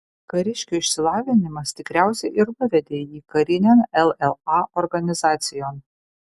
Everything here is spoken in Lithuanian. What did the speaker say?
kariškio išsilavinimas tikriausiai ir nuvedė jį karinėn lla organizacijon